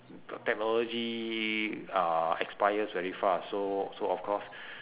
the technology uh expires very fast so so of course